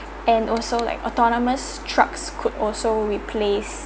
and also like autonomous trucks could also replace